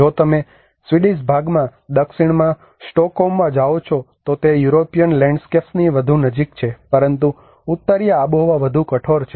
જો તમે સ્વીડિશ ભાગમાં દક્ષિણમાં સ્ટોકહોમમાં જાઓ છો તો તે યુરોપિયન લેન્ડસ્કેપ્સની વધુ નજીક છે પરંતુ ઉત્તરીય આબોહવા વધુ કઠોર છે